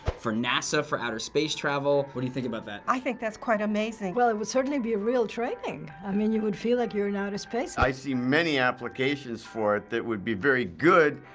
for nasa for outer-space travel. what do you think about that? i think that's quite amazing. well, it would certainly be a real training. i mean, you would feel like you're in outer space. i see many applications for it that would be very good.